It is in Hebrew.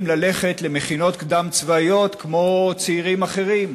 ללכת למכינות קדם-צבאיות כמו צעירים אחרים,